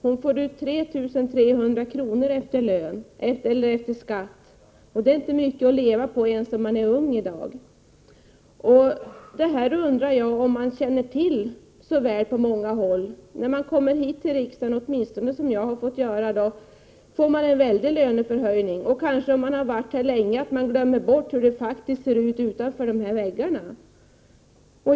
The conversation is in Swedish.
Hon får ut 3 300 kr. efter skatt. Det är inte mycket att leva på, ens om man är ung i dag. Jag undrar om man känner till dessa förhållanden på så många håll. När man kommer hit till riksdagen kan man ju få en stor löneförhöjning — åtminstone har jag fått det. Om man har varit här länge kanske man glömmer bort hur det faktiskt ser ut utanför dessa väggar.